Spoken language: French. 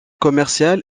commerciale